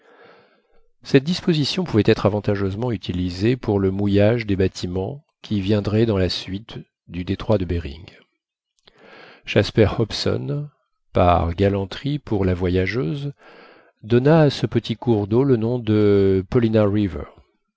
cette disposition pouvait être avantageusement utilisée pour le mouillage des bâtiments qui viendraient dans la suite du détroit de behring jasper hobson par galanterie pour la voyageuse donna à ce petit cours d'eau le nom de